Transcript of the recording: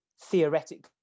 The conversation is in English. theoretically